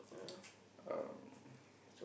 um